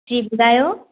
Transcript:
जी ॿुधायो